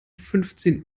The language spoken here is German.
fünfzehn